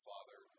Father